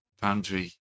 Boundary